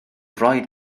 rhaid